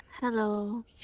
Hello